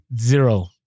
Zero